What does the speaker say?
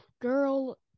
girl